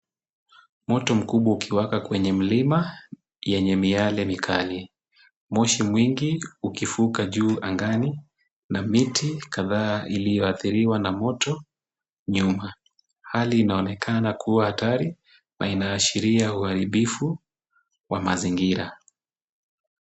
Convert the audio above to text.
Moto mkubwa ukiwaka kwenye mlima yenye miale mikali. Moshi mwingi ukifuka juu angani na miti kadhaa iliyoathiriwa na moto nyuma. Hali inaonekana kuwa hatari na inaashiria uharibifu wa mazingira.